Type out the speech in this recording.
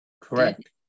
correct